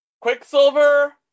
Quicksilver